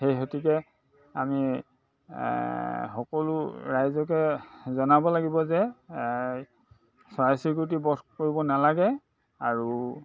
সেই হেতুকে আমি সকলো ৰাইজকে জনাব লাগিব যে চৰাই চিৰিকটি বধ কৰিব নালাগে আৰু